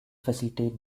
facilitate